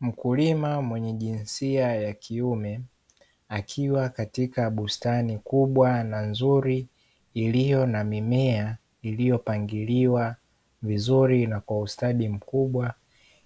Mkulima mwenye jinsia ya kiume akiwa katika bustani kubwa na nzuri, iliyo na mimema iliyo pangiliwa vizuri na kwa ustadi mkubwa